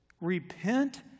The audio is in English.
Repent